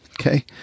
okay